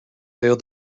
failed